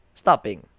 stopping